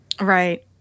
right